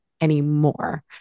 anymore